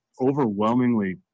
overwhelmingly